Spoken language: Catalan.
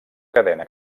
cadena